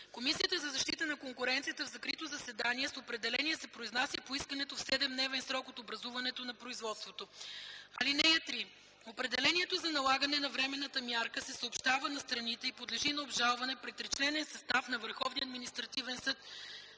Комисията за защита на конкуренцията в закрито заседание с определение се произнася по искането в 7-дневен срок от образуването на производството. (3) Определението за налагане на временната мярка се съобщава на страните и подлежи на обжалване пред тричленен състав на Върховния административен съд